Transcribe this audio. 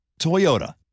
Toyota